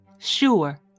Sure